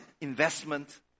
investment